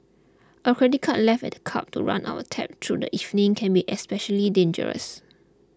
a credit card left at the club to run up a tab through the evening can be especially dangerous